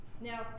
Now